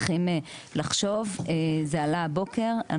זה עלה הבוקר,